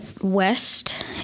West